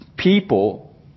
People